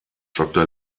doktor